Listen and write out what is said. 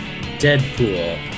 Deadpool